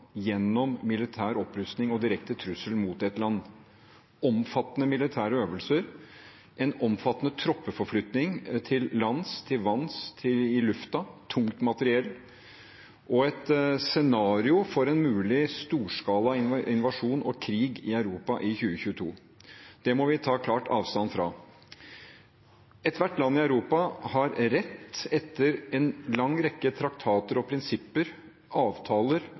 gjennom militær opprustning og en direkte trussel mot et land, ved omfattende militære øvelser, en omfattende troppeforflytning til lands, til vanns, i luften – tungt materiell – og et scenario for en mulig storskala invasjon og krig i Europa i 2022. Det må vi ta klart avstand fra. Ethvert land i Europa har rett, etter en lang rekke traktater og prinsipper, avtaler